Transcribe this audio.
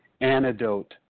antidote